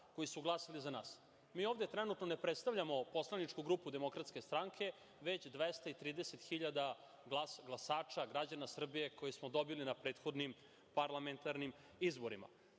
koji su glasali za nas. Mi ovde trenutno ne predstavljamo Poslaničku grupu DS, već 230.000 glasača, građana Srbije, koje smo dobili na prethodnim parlamentarnim izborima. Mene